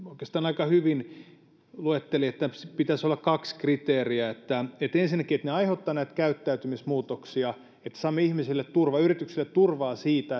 oikeastaan aika hyvin luetteli että siinä pitäisi olla kaksi kriteeriä ensinnäkin se että ne aiheuttavat näitä käyttäytymismuutoksia että saamme ihmisille turvaa yrityksille turvaa siihen